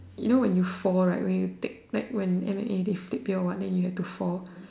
you know when you fall right when you take like when M_M_A they flip here or what then you have to fall